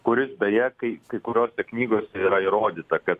kuris beje kai kai kuriose knygos yra įrodyta kad